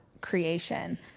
creation